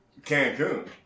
Cancun